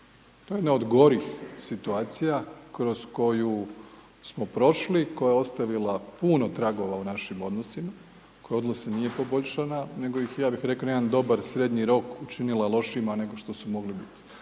To je jedna od gorih situacija kroz koju smo prošli koja je ostavila puno tragova u našim odnosima, koja odnose nije poboljšala nego ih je ja bih reko na jedan dobar srednji rok učinila lošijima nego što su mogli bit.